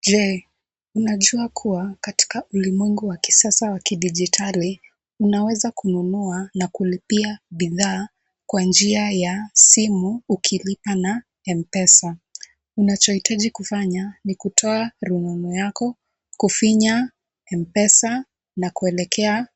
Je unajua kuwa katika ulimwengu wa kisasa wa kidigitali unaweza kununua na kulipia bidhaa kwa njia ya simu ukilipa na mpesa. Unachohitaji kufanya ni kutoa rununu yako, kufinya mpesa na kuelekea